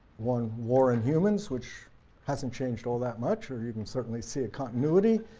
one war in humans which hasn't changed all that much, you can certainly see a continuity.